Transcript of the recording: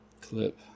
clip